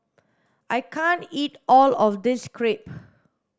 I can't eat all of this Crepe